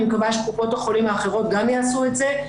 אני מקווה שקופות החולים האחרות גם יעשו את זה.